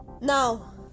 Now